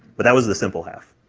but that was the simple half,